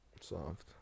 soft